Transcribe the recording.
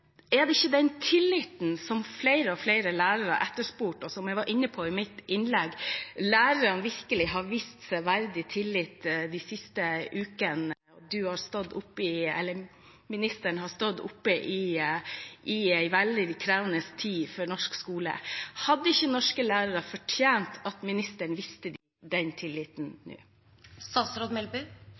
Flere og flere lærere har etterspurt tillit, og som jeg var inne på i mitt innlegg, har lærerne virkelig vist seg tilliten verdig de siste ukene. Statsråden har også stått oppi en veldig krevende tid for norsk skole. Hadde ikke norske lærere fortjent at statsråden viste dem den tilliten